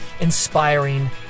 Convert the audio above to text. inspiring